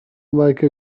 like